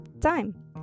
time